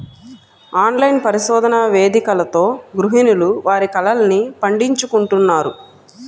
online పరిశోధన వేదికలతో గృహిణులు వారి కలల్ని పండించుకుంటున్నారు